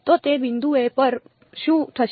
તો તે બિંદુઓ પર શું થશે